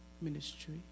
ministry